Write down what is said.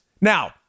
Now